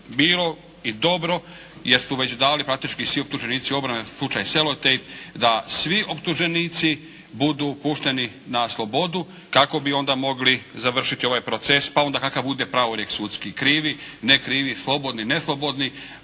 bilo i dobro jer su već dali praktički svi optuženici obrane slučaj "Selotejp", da svi optuženici budu pušteni na slobodu kako bi onda mogli završiti ovaj proces, pa onda kakav bude pravorijek sudski. Krivi, ne krivi, slobodni, ne slobodni.